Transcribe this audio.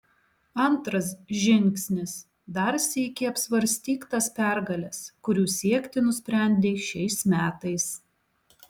antras žingsnis dar sykį apsvarstyk tas pergales kurių siekti nusprendei šiais metais